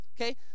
Okay